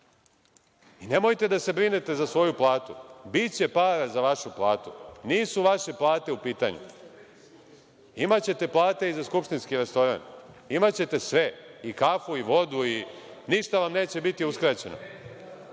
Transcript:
pokazao. Nemojte da se brinite za svoju platu, biće para za vašu platu. Nisu vaše plate u pitanju. Imaćete plate i za skupštinski restoran. Imaćete sve i kafu i vodu, ništa vam neće biti uskraćeno.